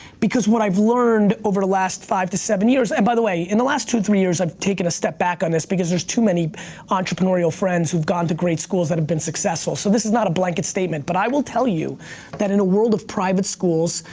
because what i've learned over the last five to seven years, and by the way, in the last two, three years, i've taken a step back on this, because there's too many entrepreneurial friends who've gone to great schools that have been successful, so this is not a blanket statement. but i will tell you that in a world of private schools,